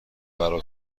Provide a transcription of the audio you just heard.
برا